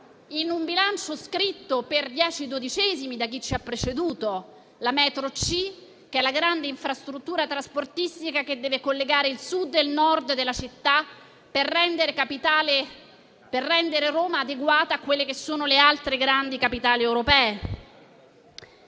in un bilancio scritto per dieci dodicesimi da chi ci ha preceduto, la metro C, che è la grande infrastruttura trasportistica che deve collegare il Sud e il Nord della città, per rendere Roma adeguata a quelle che sono le altre grandi capitali europee.